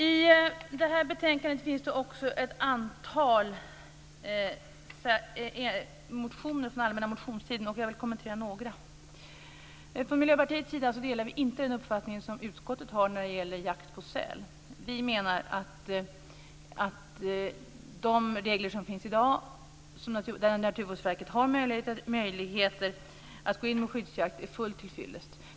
I det här betänkandet behandlas också ett antal motioner från allmänna motionstiden, och jag vill kommentera några. Från Miljöpartiets sida delar vi inte den uppfattning som utskottet har när det gäller jakt på säl. Vi menar att de regler som finns i dag, där Naturvårdsverket har möjlighet att gå in med skyddsjakt, är tillfyllest.